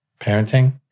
Parenting